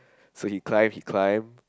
so he climb he climb